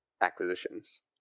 acquisitions